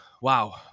Wow